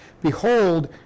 Behold